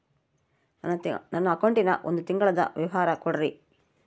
ನನ್ನ ಅಕೌಂಟಿನ ಒಂದು ತಿಂಗಳದ ವಿವರ ಕೊಡ್ರಿ?